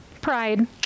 Pride